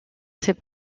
ces